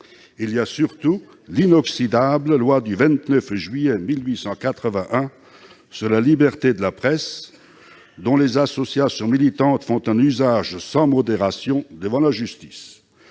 Il y a surtout l'inoxydable loi du 29 juillet 1881 sur la liberté de la presse. Les associations militantes l'utilisent sans modération devant la justice,